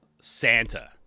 Santa